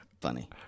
funny